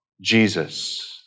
Jesus